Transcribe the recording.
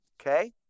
Okay